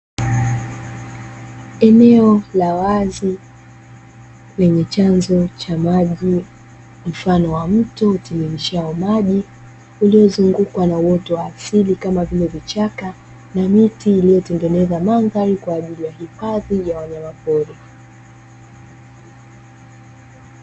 Eneo la wazi kwenye chanzo cha maji mfano wa mto utiririshao maji uliozungukwa na uoto wa asili kama vile vichaka na miti iliyotengeneza mandhari kwaajili ya hifadhi ya wanyama poli.